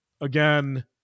Again